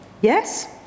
Yes